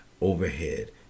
overhead